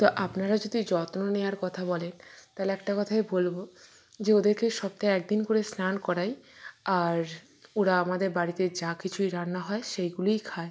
তো আপনারা যদি যত্ন নেওয়ার কথা বলেন তাহলে একটা কথাই বলবো যে ওদেরকে সপ্তাহে একদিন করে স্নান করাই আর ওরা আমাদের বাড়িতে যা কিছুই রান্না হয় সেইগুলিই খায়